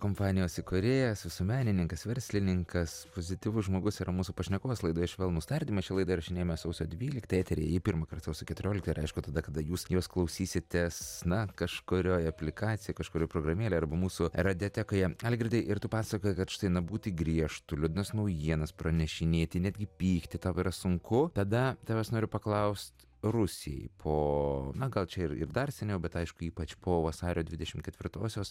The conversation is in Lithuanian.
kompanijos įkūrėjas visuomenininkas verslininkas pozityvus žmogus yra mūsų pašnekovas laidoje švelnūs tardymai šią laidą įrašinėjame sausio dvyliktą eteryje ji pirmąkart sausio keturioliktą ir aišku tada kada jūs jos klausysitės na kažkurioj aplikacijoj kažkurioj programėlėj arba mūsų radiatekoje algirdai ir tu pasakojai kad štai na būti griežtu liūdnas naujienas pranešinėti netgi pyktį tau yra sunku tada tavęs noriu paklaust rusijai po na gal čia ir ir dar seniau bet aišku ypač po vasario dvidešim ketvirtosios